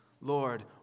Lord